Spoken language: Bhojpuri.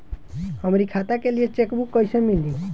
हमरी खाता के लिए चेकबुक कईसे मिली?